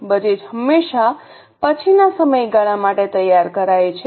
budget હંમેશાં પછીના સમયગાળા માટે તૈયાર કરાય છે